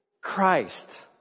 Christ